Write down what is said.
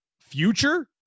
future